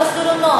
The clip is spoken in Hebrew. במסדרונות.